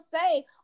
say